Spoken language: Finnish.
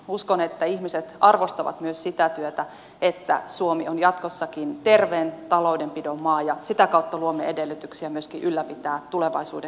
uskon että ihmiset arvostavat myös sitä työtä että suomi on jatkossakin terveen taloudenpidon maa ja sitä kautta luomme edellytyksiä myöskin ylläpitää tulevaisuuden hyvinvointipalveluita